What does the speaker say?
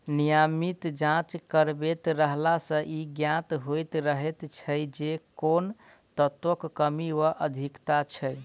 नियमित जाँच करबैत रहला सॅ ई ज्ञात होइत रहैत छै जे कोन तत्वक कमी वा अधिकता छै